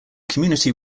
community